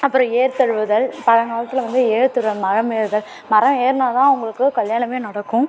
அப்பறம் ஏறு தழுவுதல் பழங்காலத்தில் வந்து ஏறு தழுவாங்க மரம் ஏறுதல் மரம் ஏறுனால் தான் அவங்களுக்குக் கல்யாணமே நடக்கும்